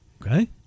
Okay